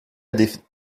des